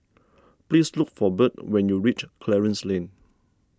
please look for Birt when you reach Clarence Lane